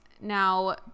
Now